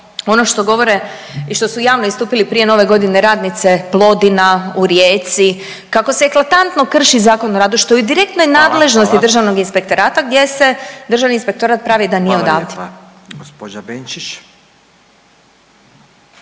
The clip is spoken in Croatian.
ono što govore i što su javno istupili prije nove godine radnice Plodina u Rijeci kada se eklatantno krši Zakon o radu, što je u direktnoj nadležnosti Državnog inspektorata gdje se Državni inspektorat pravi da nije odavde. **Radin, Furio